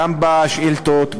גם בשאילתות,